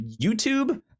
YouTube